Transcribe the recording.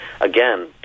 Again